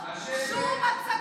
שום הצגות.